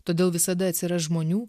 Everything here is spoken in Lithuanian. todėl visada atsiras žmonių